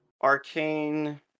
Arcane